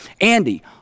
Andy